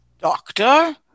Doctor